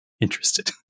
interested